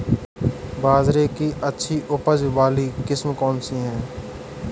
बाजरे की अच्छी उपज वाली किस्म कौनसी है?